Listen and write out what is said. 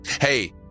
Hey